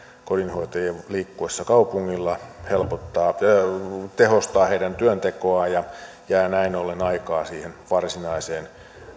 kodinhoitajien liikkuessa kaupungilla tehostaa heidän työntekoaan ja näin ollen jää aikaa siihen varsinaiseen